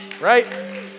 right